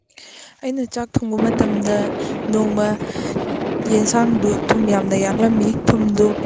ꯑꯩꯅ ꯆꯥꯛ ꯊꯣꯡꯕ ꯃꯇꯝꯗ ꯅꯣꯡꯃ ꯌꯦꯟꯁꯥꯡꯗꯨ ꯊꯨꯝ ꯌꯥꯝꯅ ꯌꯥꯛꯂꯝꯃꯤ ꯊꯨꯝꯗꯨ